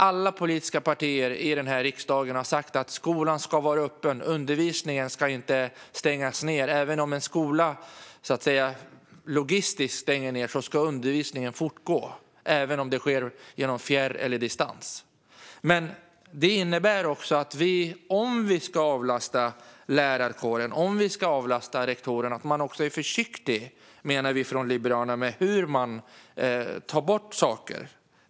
Alla politiska partier i riksdagen har sagt att skolundervisningen ska fortsätta - på distans om en skola stänger ned. Man får vara försiktig med vad man tar bort för att underlätta för lärarkår och rektorer.